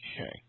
Okay